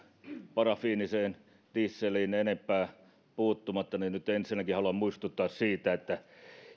parafiiniseen dieseliin enempää puuttumatta niin nyt ensinnäkin haluan muistuttaa siitä että